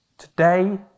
Today